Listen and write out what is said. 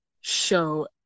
show